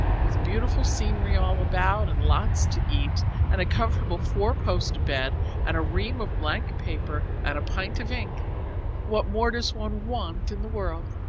with beautiful scenery all about, and lots to eat and a comfortable four-post bed and a ream of blank paper and a pint of ink what more does one want in the world?